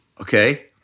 Okay